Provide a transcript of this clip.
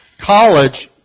college